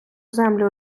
землю